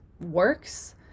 works